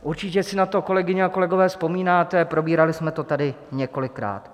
Určitě si na to, kolegyně a kolegové, vzpomínáte, probírali jsme to tady několikrát.